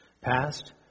past